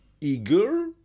eager